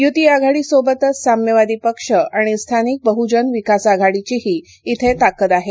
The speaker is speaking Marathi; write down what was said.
युती आघाडी सोबतच साम्यवादी पक्ष आणि स्थानिक बहजन विकास आघाडीचीही श्रे ताकद आहे